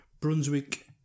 Brunswick